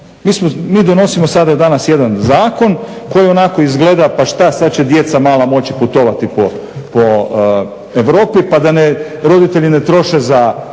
Mi donosimo sada jedan zakon koji onako izgleda, pa šta sada će mala djeca moći putovati po Europi pa da roditelji ne troše za